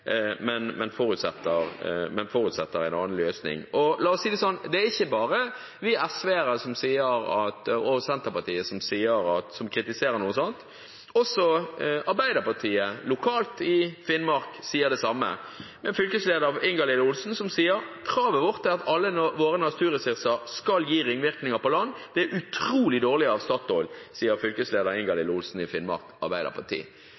men forutsetter en annen løsning. La oss si det sånn: Det er ikke bare vi SV-ere og Senterpartiet som kritiserer noe sånt. Også Arbeiderpartiet lokalt i Finnmark sier det samme. Fylkesleder Ingalill Olsen sier: «Kravet vårt er at alle våre naturressurser skal gi ringvirkninger på land. Dette er utrolig dårlig av Statoil.»